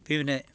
പിന്നെ